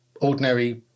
ordinary